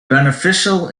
beneficial